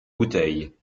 bouteille